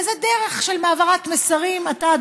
וזו דרך של העברת מסרים: אתה,